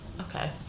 Okay